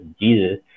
Jesus